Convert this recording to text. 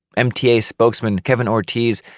mta spokesman, kevin ortiz,